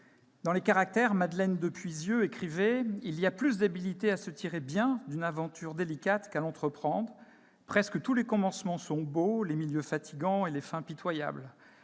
Dans ses, Madeleine de Puisieux écrivait :« Il y a plus d'habilité à se tirer bien d'une aventure délicate qu'à l'entreprendre ; presque tous les commencements sont beaux, les milieux fatigants et les fins pitoyables.